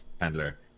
handler